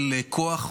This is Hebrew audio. של כוח,